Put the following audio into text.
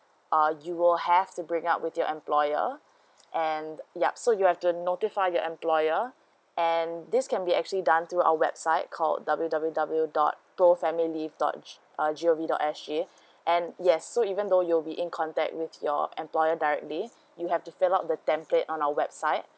uh you will have to bring up with your employer and yup so you have to notify your employer and this can be actually done through our website called W W W dot go family dot uh jury dot S G and yes so even though you'll be in contact with your employer directly you have to fill up the template on our website